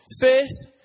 faith